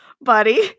buddy